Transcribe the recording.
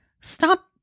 stop